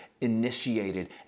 initiated